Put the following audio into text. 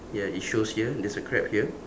ya it shows here there's a crab here